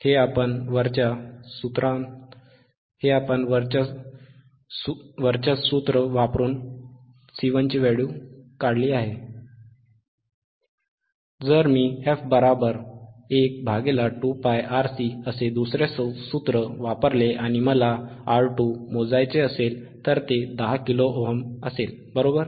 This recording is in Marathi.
जर मी F12πRC असे दुसरे सूत्र वापरले आणि मला R2 मोजायचे असेल तर ते 10 किलो ओहम 10kΩ असेल बरोबर